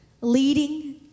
Leading